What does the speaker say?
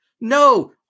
No